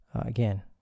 again